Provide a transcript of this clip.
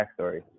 backstory